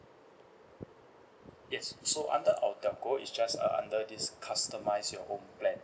yes so under our telco it's just uh under this customise your own plan